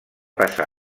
passar